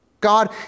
God